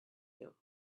you